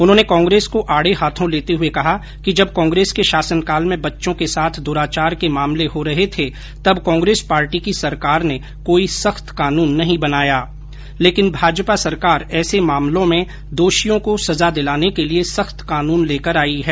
उन्होंने कांग्रेस को आडे हाथो लेते हुए कहा कि जब कांग्रेस के शासनकाल में बच्चों के साथ दुराचार के मामले हो रहे थे तब कांग्रेस पार्टी की सरकार ने कोई सख्त कानून नहीं बनाया लेकिन भाजपा सरकार ऐसे मामलों में दोषियों को सजा दिलाने के लिए सख्त कानून लेकर आई है